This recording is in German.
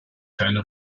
keine